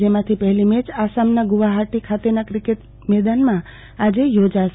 જેમાંથી પહેલી મેચ આસામના ગ્રવાહાટી ખાતેના ક્રિકેટ મેદાનમાં આજે યોજાશે